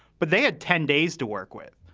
but they had ten days to work with.